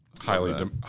highly